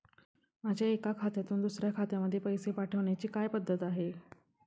माझ्या एका खात्यातून दुसऱ्या खात्यामध्ये पैसे पाठवण्याची काय पद्धत आहे?